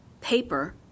paper